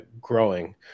growing